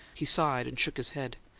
he sighed and shook his head.